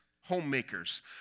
homemakers